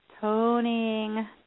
Toning